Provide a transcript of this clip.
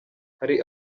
hari